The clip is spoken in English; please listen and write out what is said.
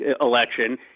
election